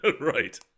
Right